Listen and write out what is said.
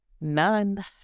None